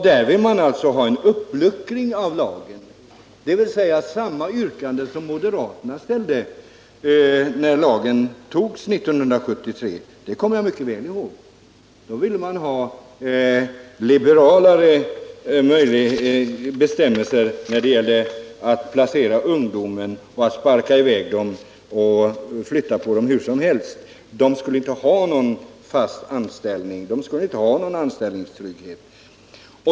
De ville ha en uppluckring av lagen, dvs. samma yrkande som moderaterna ställde när lagen antogs 1973. Det kommer jag mycket väl ihåg. Då ville man ha liberalare bestämmelser när det gällde att placera ungdomar. Man vill ha möjlighet att sparka iväg dem och flytta på dem hur som helst. De skulle inte ha någon fast anställning eller någon anställningstrygghet.